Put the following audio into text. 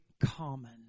common